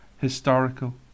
historical